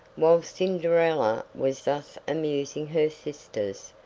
while cinderella was thus amusing her sisters,